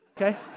Okay